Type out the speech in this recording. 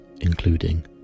including